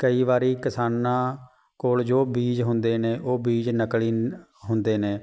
ਕਈ ਵਾਰੀ ਕਿਸਾਨਾਂ ਕੋਲ ਜੋ ਬੀਜ ਹੁੰਦੇ ਨੇ ਉਹ ਬੀਜ ਨਕਲੀ ਹੁੰਦੇ ਨੇ